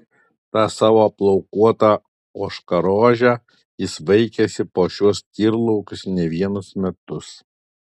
tą savo plaukuotą ožkarožę jis vaikėsi po šiuos tyrlaukius ne vienus metus